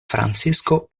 francisko